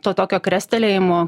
to tokio krestelėjimo